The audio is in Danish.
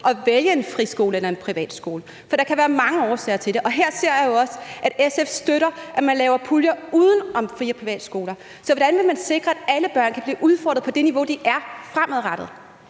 at vælge en friskole eller en privatskole. For der kan være mange årsager til det – og her ser jeg jo også, at SF støtter, at man laver puljer uden om fri- og privatskoler. Så hvordan vil man sikre, at alle børn kan blive udfordret på det niveau, de er på, fremadrettet?